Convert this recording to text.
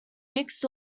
mixed